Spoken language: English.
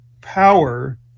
power